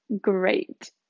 great